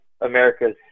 America's